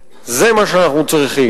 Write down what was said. שהוא כל כך שמן במציאות.